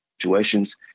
situations